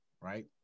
Right